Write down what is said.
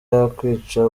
yakwica